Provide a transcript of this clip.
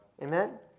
Amen